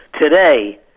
Today